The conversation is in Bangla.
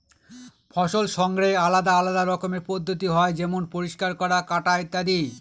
ফসল সংগ্রহের আলাদা আলদা রকমের পদ্ধতি হয় যেমন পরিষ্কার করা, কাটা ইত্যাদি